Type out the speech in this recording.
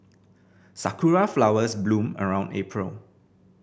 sakura flowers bloom around April